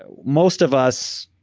ah most of us,